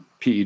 PED